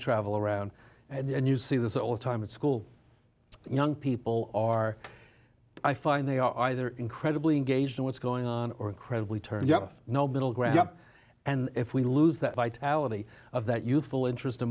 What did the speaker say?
travel around and you see this all the time in school young people are i find they are either incredibly engaged in what's going on or incredibly turned you have no middle ground up and if we lose that vitality of that youthful interest